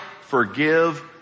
forgive